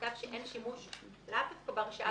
במצב שאין שימוש לאו דווקא בהרשאה